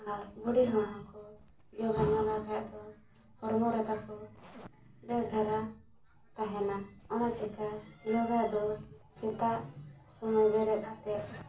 ᱟᱨ ᱵᱩᱲᱦᱤ ᱦᱟᱲᱟᱢ ᱦᱚᱸᱠᱚ ᱡᱚᱜᱟ ᱞᱟᱜᱟᱣ ᱠᱷᱟᱡ ᱫᱚ ᱦᱚᱲᱢᱚ ᱨᱮ ᱛᱟᱠᱚ ᱰᱷᱮᱨ ᱫᱷᱟᱨᱟ ᱛᱟᱦᱮᱱᱟ ᱚᱱᱟ ᱪᱤᱠᱟᱹ ᱡᱳᱜᱟ ᱫᱚ ᱥᱮᱛᱟᱜ ᱥᱳᱢᱚᱭ ᱵᱮᱨᱮᱫ ᱠᱟᱛᱮᱫ